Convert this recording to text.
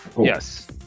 Yes